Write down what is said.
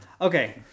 Okay